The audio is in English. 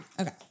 okay